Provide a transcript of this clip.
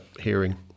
hearing